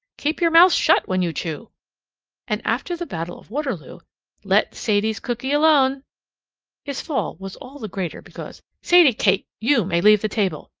keep your mouth shut when you chew and after the battle of waterloo let sadie's cooky alone his fall was all the greater because sadie kate, you may leave the table.